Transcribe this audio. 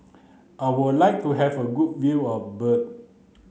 I would like to have a good view of Bern